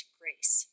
grace